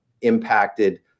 impacted